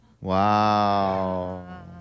Wow